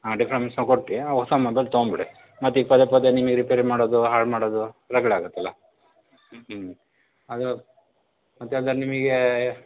ಹಾಂ ಡಿಫ್ರೆನ್ಸನ್ನ ಕೊಟ್ಟು ಆ ಹೊಸ ಮೊಬೈಲ್ ತೊಗೊಂಡ್ಬಿಡಿ ಮತ್ತೀಗ ಪದೇ ಪದೇ ನಿಮಿಗೆ ರಿಪೇರಿ ಮಾಡೋದು ಹಾಳು ಮಾಡೋದು ರಗಳೆ ಆಗುತ್ತಲ್ಲ ಹ್ಞೂ ಅದು ಮತ್ತು ಅದ್ರಲ್ಲಿ ನಿಮಗೆ